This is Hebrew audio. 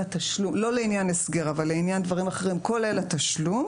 לעניין הסגר אבל לעניין דברים אחרים כולל התשלום,